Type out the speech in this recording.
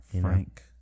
Frank